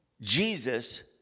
Jesus